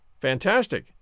Fantastic